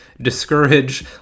discourage